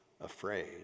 afraid